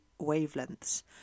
wavelengths